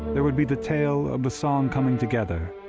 there would be the tale of the song coming together,